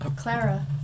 Clara